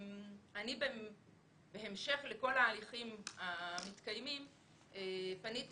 בהמשך לכל ההליכים המתקיימים פניתי